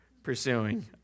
pursuing